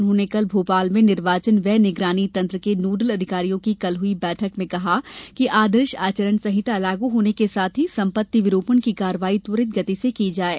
उन्होंने कल भोपाल में निर्वाचन व्यय निगरानी तंत्र के नोडल अधिकारियों की कल हुई बैठक में कहा कि आदर्श आचरण संहिता लागू होने के साथ ही संपत्ति विरूपण की कार्यवाही त्वरित गति से की जाये